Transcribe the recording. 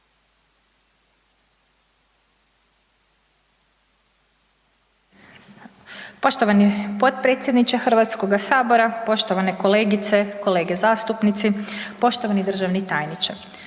poštovani potpredsjedniče Hrvatskoga sabora, štovane kolegice i kolege. Poštovani državni tajniče,